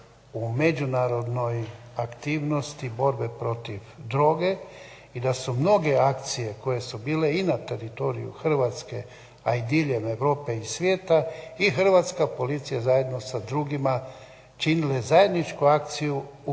u međunarodnoj aktivnosti borbe protiv droge i da su mnoge akcije koje su bile i na teritoriju Hrvatske, a i diljem Europe i svijeta i hrvatska policija zajedno sa drugima činile zajedničku akciju u